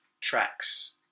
tracks